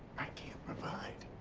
i can't provide.